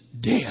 death